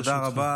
תודה רבה.